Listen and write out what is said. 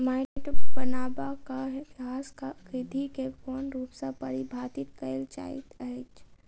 माइटक बनाबट गाछसबक बिरधि केँ कोन रूप सँ परभाबित करइत अछि?